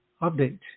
update